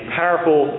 powerful